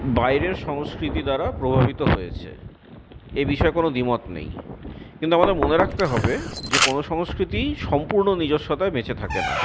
বাইরের সংস্কৃতি দ্বারা প্রভাবিত হয়েছে এ বিষয়ে কোনো দ্বিমত নেই কিন্তু আমাদের মনে রাখতে হবে যে কোনো সংস্কৃতিই সম্পূর্ণ নিজস্বতায় বেঁচে থাকে না